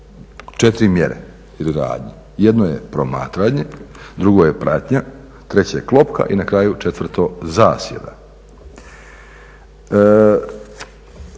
su 4 mjere ili radnje, jedno je promatranja, drugo je pratnja, treće klopka i na kraju četvrto zasjeda.